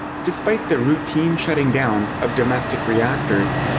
despite the routine shutting down of domestic reactors,